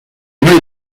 nobody